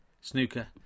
snooker